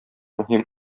мөһим